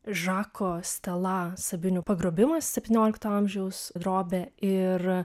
žako stela sabinių pagrobimas septyniolikto amžiaus drobė ir